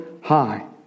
High